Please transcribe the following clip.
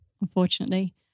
unfortunately